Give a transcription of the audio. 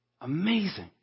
Amazing